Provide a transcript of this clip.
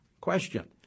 Question